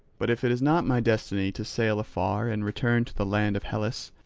but if it is not my destiny to sail afar and return to the land of hellas,